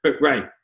Right